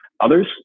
Others